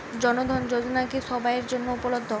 জন ধন যোজনা কি সবায়ের জন্য উপলব্ধ?